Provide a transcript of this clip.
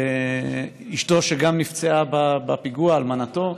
אשתו, שגם היא נפצעה בפיגוע, אלמנתו,